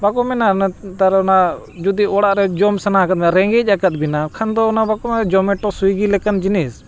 ᱵᱟᱠᱚ ᱢᱮᱱᱟ ᱱᱮᱛᱟᱨ ᱚᱱᱟ ᱡᱩᱫᱤ ᱚᱲᱟᱜ ᱨᱮ ᱡᱚᱢ ᱥᱟᱱᱟ ᱟᱠᱟᱫ ᱢᱮᱭᱟ ᱨᱮᱸᱜᱮᱡ ᱟᱠᱟᱫ ᱵᱤᱱᱟ ᱠᱷᱟᱱ ᱫᱚ ᱚᱱᱟ ᱵᱟᱠᱚ ᱢᱮᱱᱟ ᱡᱚᱢᱮᱴᱳ ᱥᱩᱭᱜᱤ ᱞᱮᱠᱟᱱ ᱡᱤᱱᱤᱥ